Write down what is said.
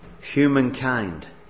humankind